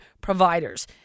providers